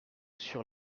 sur